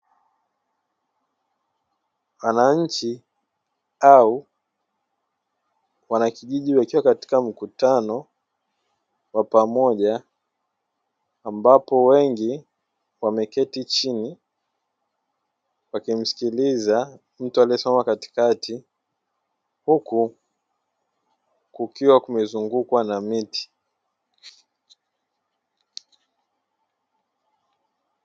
Wananchi au wanakijiji wakiwa katika mkutano wa pamoja ambapo wengi wameketi chini wakimsikiliza mtu aliyesimama katikati, huku kukiwa kumezungukwa na miti.